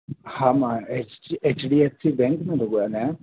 हा मां H H D F C bank मां थो ॻाल्हायां